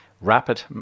rapid